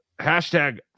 hashtag